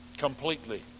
Completely